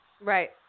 Right